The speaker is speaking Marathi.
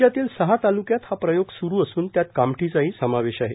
राज्यातील सहा तालुक्यांत हा प्रयोग सुरू असून त्यात कामठीचाही समावेश आहे